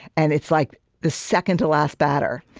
and it's like the second-to-last batter,